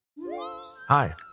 Hi